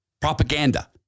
propaganda